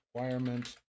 requirement